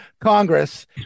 Congress